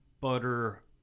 Butter